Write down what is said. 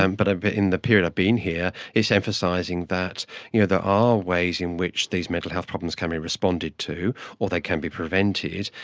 and but but in the period i've been here it's emphasising that you know there are ways in which these mental health problems can be responded to or they can be prevented,